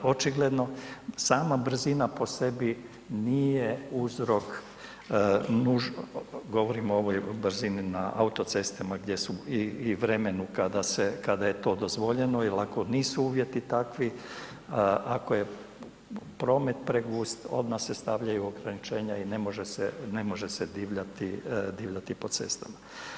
Očigledno, sama brzina po sebi nije uzrok, govorim o ovoj brzini na autocestama i vremenu kad je to dozvoljeno jer ako nisu uvjeti takvi, ako je promet pregust odmah se stavljaju ograničenja i ne može se divljati po cestama.